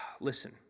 Listen